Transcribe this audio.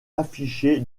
afficher